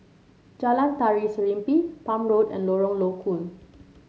Jalan Tari Serimpi Palm Road and Lorong Low Koon